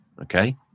Okay